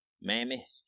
Mammy